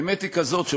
והאמת היא כזאת,